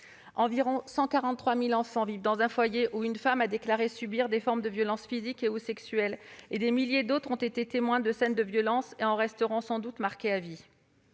Environ 143 000 enfants vivent dans un foyer où une femme a déclaré subir des formes de violence physique ou sexuelle, et des milliers d'autres ont été témoins de scènes de violence et en resteront sans doute marqués à vie.